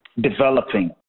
developing